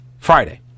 Friday